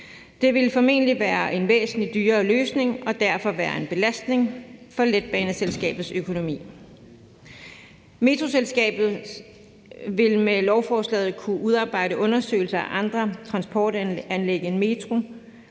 Det ville formentlig være en væsentlig dyrere løsning og derfor være en belastning for letbaneselskabets økonomi. Metroselskabet vil med lovforslaget kunne udarbejde undersøgelser af andre transportanlæg end metro,